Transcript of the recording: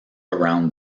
around